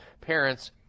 parents